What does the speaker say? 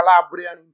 Calabria